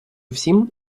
всім